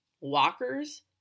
walkers